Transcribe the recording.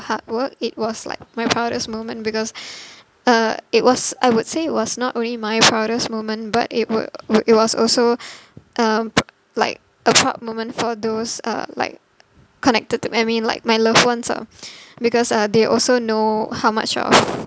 hard work it was like my proudest moment because uh it was I would say it was not only my proudest moment but it would would it was also um like a proud moment for those uh like connected to me I mean like my loved ones ah because uh they also know how much of